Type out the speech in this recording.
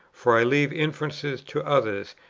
for i leave inferences to others,